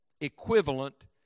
equivalent